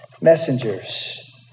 messengers